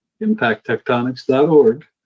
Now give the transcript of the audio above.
impacttectonics.org